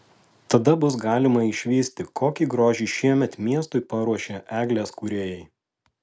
tada bus galima išvysti kokį grožį šiemet miestui paruošė eglės kūrėjai